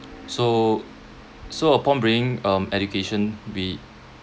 so so upon bringing um education be